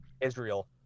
Israel